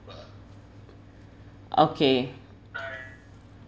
okay